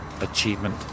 achievement